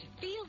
Feel